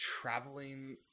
traveling